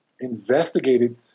investigated